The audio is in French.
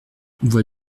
voie